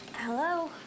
hello